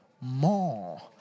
More